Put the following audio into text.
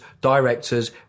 directors